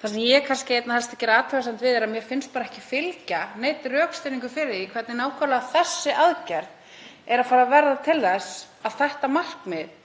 Það sem ég er kannski einna helst að gera athugasemd við er að mér finnst bara ekki fylgja neinn rökstuðningur fyrir því hvernig nákvæmlega þessi aðgerð verði til þess að það markmið